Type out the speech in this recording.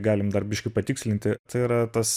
galim dar biškį patikslinti tai yra tas